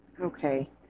Okay